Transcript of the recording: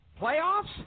playoffs